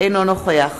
אינו נוכח